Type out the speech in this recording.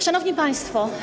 Szanowni Państwo!